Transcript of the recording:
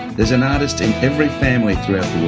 there's an artist in every family throughout